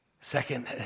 Second